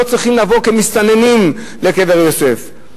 לא צריכים לבוא כמסתננים לקבר יוסף.